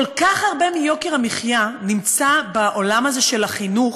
כל כך הרבה מיוקר המחיה נמצא בעולם הזה של החינוך,